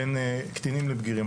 בין קטינים לבגירים.